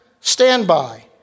standby